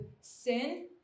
sin